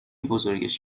بزرگش